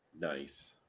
nice